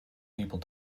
people